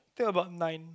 take about nine